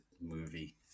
movie